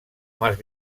más